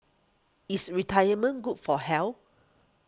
is retirement good for health